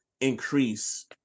increase